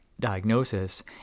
Diagnosis